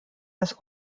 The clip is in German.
des